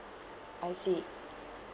I see